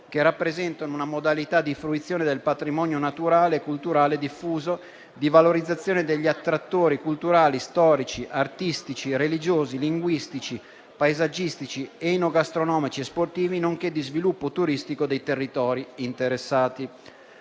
che rappresentano una modalità di fruizione del patrimonio naturale e culturale diffuso, di valorizzazione degli attrattori culturali, storici, artistici, religiosi, linguistici, paesaggistici, enogastronomici e sportivi, nonché di sviluppo turistico dei territori interessati.